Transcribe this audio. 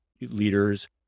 leaders